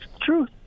truth